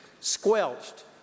squelched